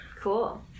Cool